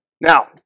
Now